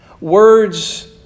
Words